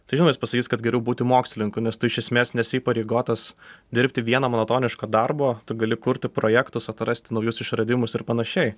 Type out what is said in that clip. tai žinoma jis pasakys kad geriau būti mokslininku nes tu iš esmės nesi įpareigotas dirbti vieno monotoniško darbo tu gali kurti projektus atrasti naujus išradimus ir panašiai